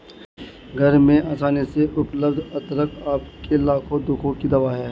घर में आसानी से उपलब्ध अदरक आपके लाखों दुखों की दवा है